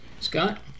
Scott